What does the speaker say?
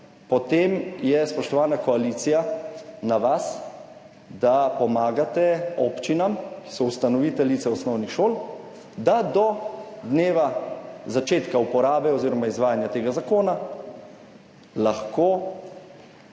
potem je, spoštovana koalicija, na vas, da pomagate občinam, ki so ustanoviteljice osnovnih šol, da do dneva začetka uporabe oziroma izvajanja tega zakona lahko